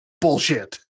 bullshit